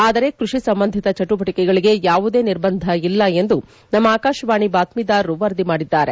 ಆದರೆ ಕ್ವಡಿ ಸಂಬಂಧಿತ ಚಟುವಟಿಕೆಗಳಿಗೆ ಯಾವುದೇ ನಿರ್ಬಂಧ ಇಲ್ಲ ಎಂದು ನಮ್ಮ ಆಕಾಶವಾಣಿ ಬಾತ್ವೀದಾರರು ವರದಿ ಮಾಡಿದ್ದಾರೆ